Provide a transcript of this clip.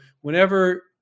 whenever